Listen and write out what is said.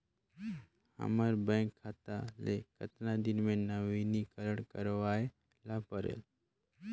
हमर बैंक खाता ले कतना दिन मे नवीनीकरण करवाय ला परेल?